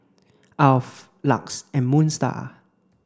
Alf LUX and Moon Star